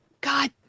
god